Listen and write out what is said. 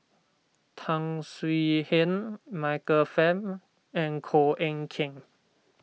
Tan Swie Hian Michael Fam and Koh Eng Kian